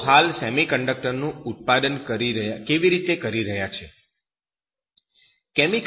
તેઓ હાલ સેમિકન્ડક્ટર નું ઉત્પાદન કેવી રીતે કરી રહ્યા છે